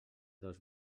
dos